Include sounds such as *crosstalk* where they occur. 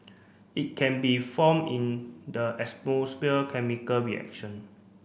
it can be form in the *unintelligible* chemical reaction